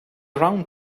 round